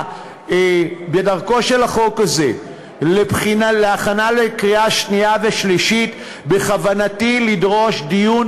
בדרכו של החוק הזה להכנה לקריאה שנייה ושלישית בכוונתי לדרוש דיון